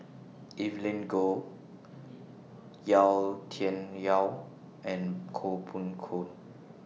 Evelyn Goh Yau Tian Yau and Koh Poh Koon